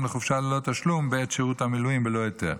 לחופשה ללא תשלום בעת שירות המילואים בלא היתר,